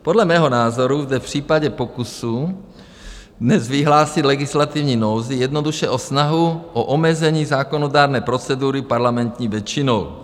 Podle mého názoru jde v případě pokusu dnes vyhlásit legislativní nouzi jednoduše o snahu o omezení zákonodárné procedury parlamentní většinou.